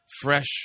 fresh